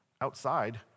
outside